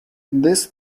this